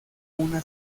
una